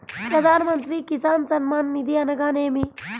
ప్రధాన మంత్రి కిసాన్ సన్మాన్ నిధి అనగా ఏమి?